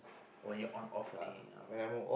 on your on off only oh